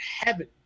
heaven